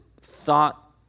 thought